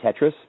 Tetris